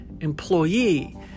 employee